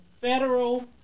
federal